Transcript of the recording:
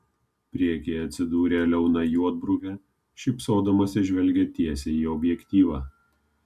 priekyje atsidūrė liauna juodbruvė šypsodamasi žvelgė tiesiai į objektyvą